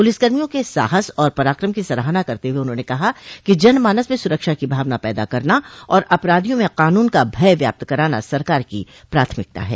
पुलिसकर्मियों के साहस और पराकम की सराहना करते हुए उन्होंने कहा कि जनमानस में सुरक्षा की भावना पैदा करना और अपराधियों में कानून का भय व्याप्त कराना सरकार की प्राथमिकता है